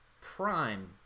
prime